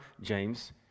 James